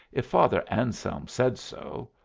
if father anselm said so.